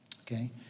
Okay